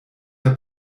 der